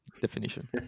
definition